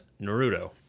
Naruto